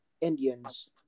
Indians